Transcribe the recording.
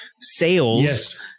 sales